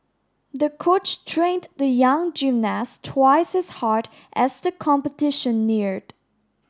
the coach trained the young gymnast twice as hard as the competition neared